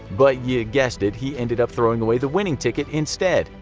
but you guessed it he ended up throwing away the winning ticket instead.